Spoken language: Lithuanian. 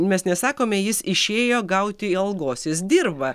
mes nesakome jis išėjo gauti algos jis dirba